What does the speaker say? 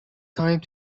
time